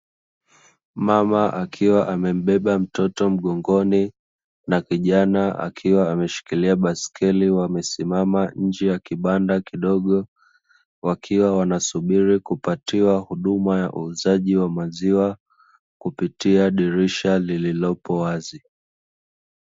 Mama akiwa amembeba mtoto mgongoni na kijana akiwa ameshikilia baiskeli, wamesimama nje ya kibanda kidogo; wakiwa wanasubiri kupatiwa huduma ya uuzaji wa maziwa, kupitia dirisha lililopo wazi.